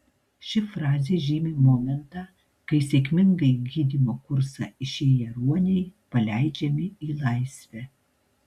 ši frazė žymi momentą kai sėkmingai gydymo kursą išėję ruoniai paleidžiami į laisvę